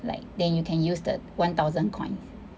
like then you can use the one thousand coins